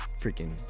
Freaking